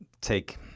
take